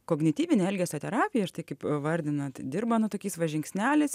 kognityvinė elgesio terapija ir tai kaip vardinant dirba nu tokiais va žingsneliais